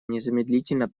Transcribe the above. незамедлительно